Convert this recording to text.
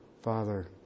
Father